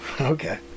okay